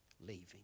leaving